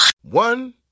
One